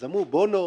אז אמרו נעודד,